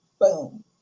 boom